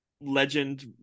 legend